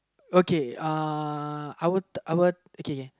okay uh I would I would okay okay